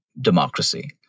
democracy